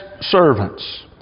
servants